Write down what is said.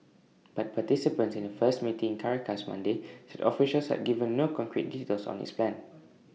but participants in A first meeting in Caracas Monday said officials had given no concrete details on its plan